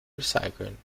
recyceln